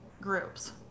groups